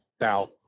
now